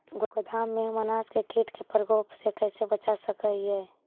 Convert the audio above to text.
गोदाम में हम अनाज के किट के प्रकोप से कैसे बचा सक हिय?